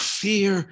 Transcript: fear